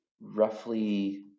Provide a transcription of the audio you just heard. roughly